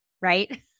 Right